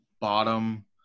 bottom